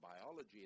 biology